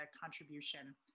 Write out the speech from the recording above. contribution